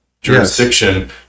jurisdiction